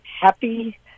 happy